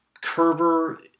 Kerber